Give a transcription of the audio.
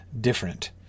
different